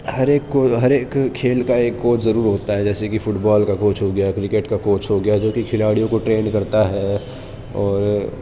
ہر ایک کو ہر ایک کھیل کا ایک کوچ ضرور ہوتا ہے جیسے کہ فٹبال کا کوچ ہو گیا کرکٹ کا کوچ ہو گیا جو کہ کھلاڑیوں کو ٹرینڈ کرتا ہے اور